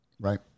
Right